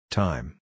time